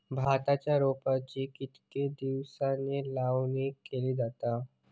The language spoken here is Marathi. भाताच्या रोपांची कितके दिसांनी लावणी केली जाता?